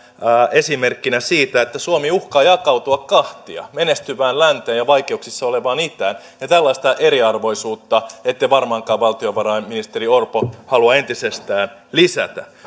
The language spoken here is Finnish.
esimerkkinä siitä että suomi uhkaa jakautua kahtia menestyvään länteen ja vaikeuksissa olevaan itään ja tällaista eriarvoisuutta ette varmaankaan valtiovarainministeri orpo halua entisestään lisätä